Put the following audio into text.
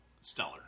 stellar